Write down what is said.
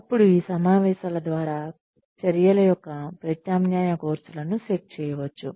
అప్పుడు ఈ సమావేశాల ద్వారా చర్యల యొక్క ప్రత్యామ్నాయ కోర్సులను సెట్ చేయవచ్చు